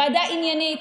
ועדה עניינית,